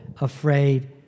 afraid